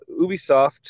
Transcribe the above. Ubisoft